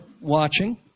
watching